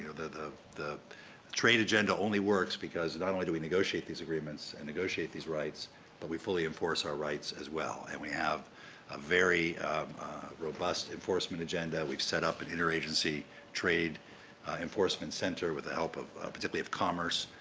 the the trade agenda only works because, not only do we negotiate these agreements and negotiate these rights that but we fully enforce our rights as well. and, we have a very robust enforcement agenda. we've set up an interagency trade enforcement center with the help of particularly of commerce,